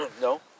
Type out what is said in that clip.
no